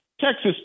Texas